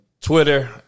Twitter